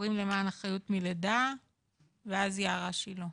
הורים למען אחריות מלידה ואז יערה שילה.